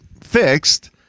fixed